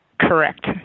Correct